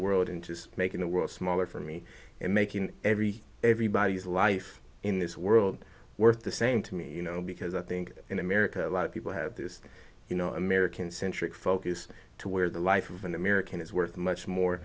world in just making the world smaller for me and making every everybody's life in this world worth the same to me you know because i think in a lot of people have this you know american centric focus to where the life of an american is worth much more